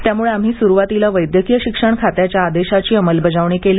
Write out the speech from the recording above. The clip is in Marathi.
त्यामुळे आम्ही सुरुवातीला वैद्यकीय शिक्षण खात्याच्या आदेशाची अंमलबजावणी केली